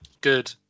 good